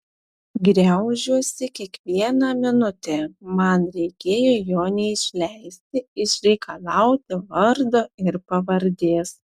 griaužiuosi kiekvieną minutę man reikėjo jo neišleisti išreikalauti vardo ir pavardės